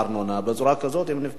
בצורה כזו הם נפגעים פעמיים.